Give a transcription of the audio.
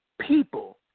people